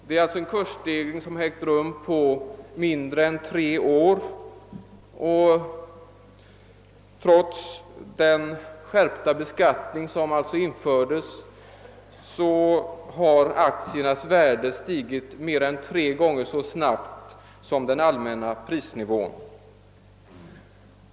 Det är en kursstegring som har ägt rum på mindre än tre år, och trots den skärpta beskattningen har aktiernas värde stigit mer än tre gånger så snabbt som den allmänna prisnivån.